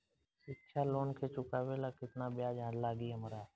शिक्षा लोन के चुकावेला केतना ब्याज लागि हमरा?